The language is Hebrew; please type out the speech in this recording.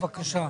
בקשה.